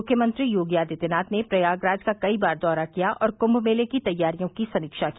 मुख्यमंत्री योगी आदित्यनाथ ने प्रयागराज का कई बार दौरा किया और कुम्म मेले की तैयारियों की समीक्षा की